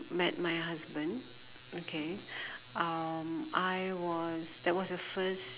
met my husband okay um I was that was the first